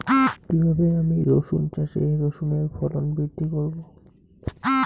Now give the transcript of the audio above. কীভাবে আমি রসুন চাষে রসুনের ফলন বৃদ্ধি করব?